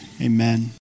Amen